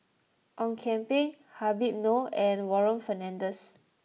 Ong Kian Peng Habib Noh and Warren Fernandez